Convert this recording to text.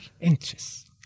interests